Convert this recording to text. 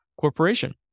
Corporation